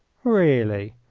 really,